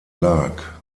lag